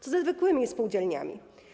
Co ze zwykłymi spółdzielniami?